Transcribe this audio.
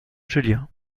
julien